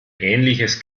ähnliches